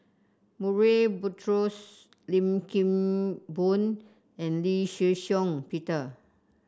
Murray Buttrose Lim Kim Boon and Lee Shih Shiong Peter